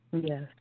Yes